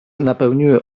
napełniły